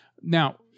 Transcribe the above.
Now